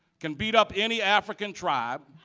can beat up any african tribe,